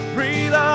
Breathe